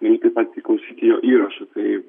lygiai taip pat klausyti jo įrašų tai